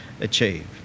achieve